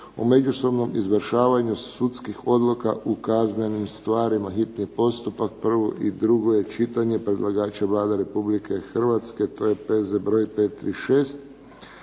međusobnom izvršavanju sudskih odluka u kaznenim stvarima, hitni postupak, prvo i drugo čitanje, P.Z. br. 536 Predlagač je Vlada Republike Hrvatske. To je P.Z. br. 536.